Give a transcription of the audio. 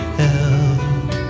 help